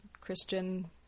Christian